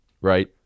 right